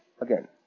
again